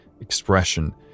expression